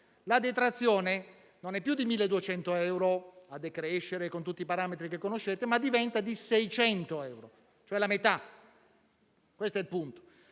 la detrazione non è più di 1.200 euro a decrescere, con tutti i parametri che conoscete, ma diventa di 600 euro, cioè la metà. Questo è il punto.